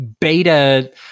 beta